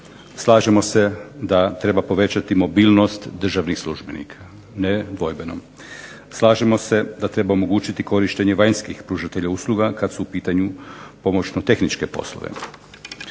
slažemo se da treba povećati mobilnost državnih službenika nedvojbeno. Slažemo se da treba omogućiti korištenje vanjskih pružatelja usluga kad su u pitanju pomoćno-tehničke poslove.